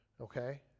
Okay